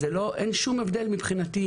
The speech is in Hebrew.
אין שום הבדל מבחינתי,